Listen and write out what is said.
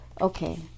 okay